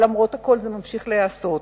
אבל למרות הכול זה ממשיך להיעשות.